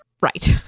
Right